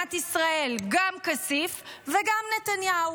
למדינת ישראל, גם כסיף וגם נתניהו.